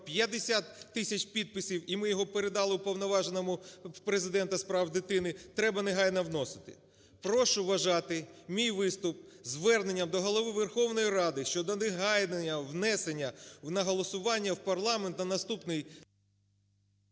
тисяч підписів, і ми його передали Уповноваженому Президента з прав дитини, треба негайно вносити. Прошу вважати мій виступ зверненням до Голови Верховної Ради щодо негайного внесення на голосування в парламент на наступний…